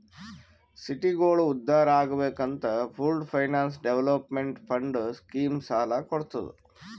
ಸಿಟಿಗೋಳ ಉದ್ಧಾರ್ ಆಗ್ಬೇಕ್ ಅಂತ pooled finance development fund scheme ಸಾಲ ಕೊಡ್ತುದ್